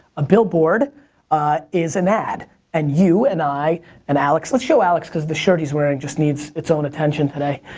a billboard is an ad and you and i and alex, let's show alex cause the shirt he's wearing, just needs its own attention today.